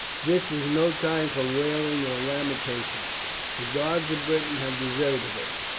this is no time for wailing or lamentation the gods of britain have deserted us,